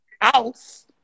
house